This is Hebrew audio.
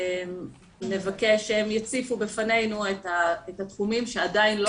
נבקש שהם יציפו בפנינו את התחומים שעדיין לא